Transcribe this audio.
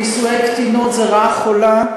נישואי קטינות זה רעה חולה,